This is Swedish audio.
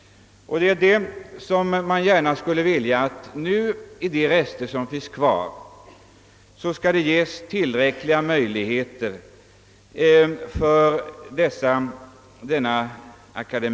Man skulle gärna önska att det ges tillräckliga möjligheter för denna akademi att penetrera de rester av orörd natur som finns kvar.